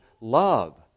love